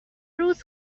روز